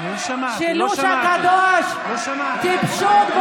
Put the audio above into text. השילוש הקדוש: טיפשות,